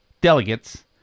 delegates